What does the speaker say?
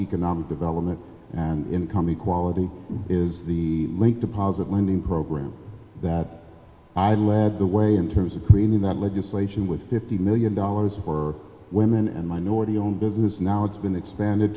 economic development and income equality is the link deposit lending program that i led the way in terms of creating that legislation with fifty million dollars for women and minority owned business now it's been expanded